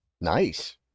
nice